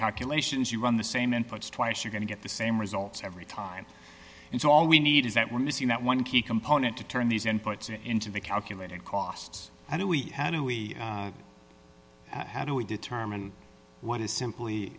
calculations you run the same inputs twice you're going to get the same results every time and so all we need is that we're missing that one key component to turn these inputs into the calculated costs and if we knew we had to we determine what is simply